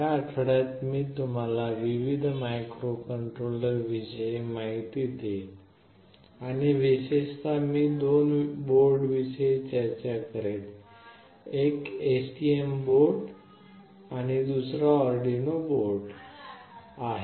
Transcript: या आठवड्यात मी तुम्हाला विविध मायक्रोकंट्रोलर बोर्डांविषयी माहिती देईन आणि विशेषत मी दोन बोर्डांविषयी चर्चा करेन एक STM बोर्ड आणि दुसरा आर्डिनो बोर्ड आहे